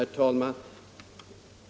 Herr talman!